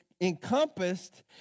encompassed